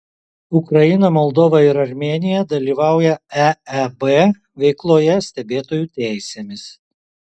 ukraina moldova ir armėnija dalyvauja eeb veikloje stebėtojų teisėmis